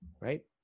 right